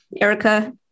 Erica